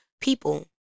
people